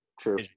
true